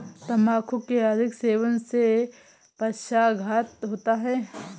तंबाकू के अधिक सेवन से पक्षाघात होता है